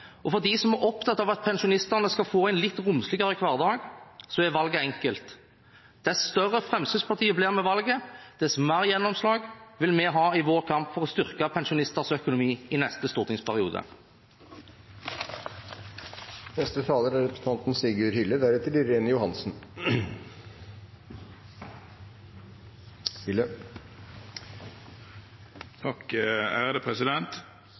og for dem som er opptatt av at pensjonistene skal få en litt romsligere hverdag, er valget enkelt: Dess større Fremskrittspartiet blir ved valget, dess større gjennomslag vil vi ha i vår kamp for å styrke pensjonisters økonomi i neste